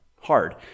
hard